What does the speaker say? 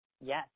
Yes